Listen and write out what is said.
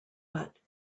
but